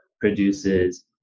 produces